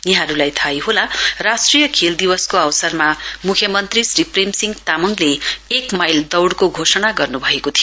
यहाँहरूलाई थाहै होला राष्ट्रिय खेल दिवसको अवसरमा मुख्यमन्त्री श्री प्रेम सिंह तामाङले एक माइल दौइको घोषणा गर्नुभएको थियो